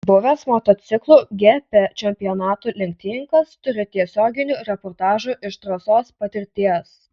buvęs motociklų gp čempionatų lenktynininkas turi tiesioginių reportažų iš trasos patirties